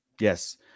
Yes